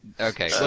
Okay